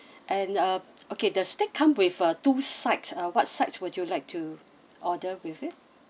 and uh okay the steak come with uh two sides uh what sides would you like to order with it